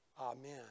Amen